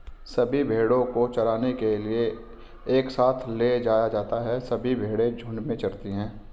सभी भेड़ों को चराने के लिए एक साथ ले जाया जाता है सभी भेड़ें झुंड में चरती है